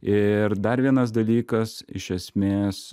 ir dar vienas dalykas iš esmės